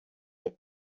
est